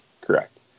Correct